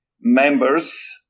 members